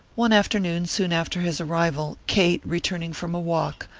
one afternoon soon after his arrival kate, returning from a walk,